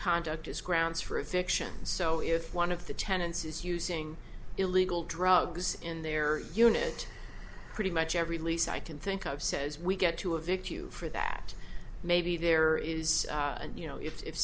conduct as grounds for a fiction so if one of the tenants is using illegal drugs in their unit pretty much every lease i can think of says we get to a victory for that maybe there is you know if